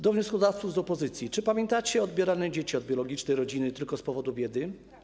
Do wnioskodawców z opozycji: Czy pamiętacie dzieci odbierane od biologicznej rodziny tylko z powodu biedy?